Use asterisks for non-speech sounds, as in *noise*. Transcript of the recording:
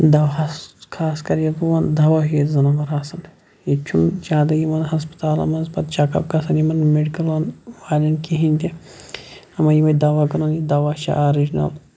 دَوہَس خاص کَر ییٚلہٕ بٕہ وَنہٕ *unintelligible* ییٚتہِ چھُ زیادٕ یِوان ہَسپَتالَن مَنٛز پَتہٕ چَک اَپ گَژھان یِمَن میڈکَلَن والٮ۪ن کِہِیٖنۍ تہِ وۄنۍ یِمے دَوا کٕنان یہِ دَوا چھُ آلریٚڈی